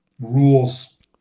Rules